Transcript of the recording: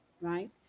right